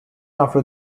after